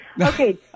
Okay